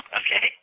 okay